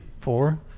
four